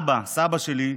אבא, סבא שלי,